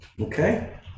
Okay